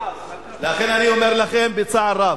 לכן אני אומר לכם, בצער רב: